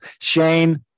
Shane